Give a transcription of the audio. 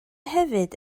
hefyd